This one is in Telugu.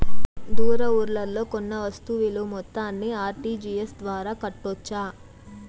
దూర ఊర్లలో కొన్న వస్తు విలువ మొత్తాన్ని ఆర్.టి.జి.ఎస్ ద్వారా కట్టొచ్చా?